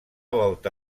volta